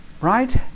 Right